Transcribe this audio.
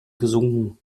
gesunken